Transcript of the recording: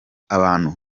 abantu